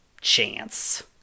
chance